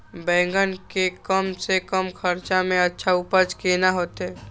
बेंगन के कम से कम खर्चा में अच्छा उपज केना होते?